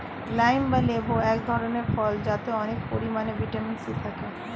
lime বা লেবু এক ধরনের ফল যাতে অনেক পরিমাণে ভিটামিন সি থাকে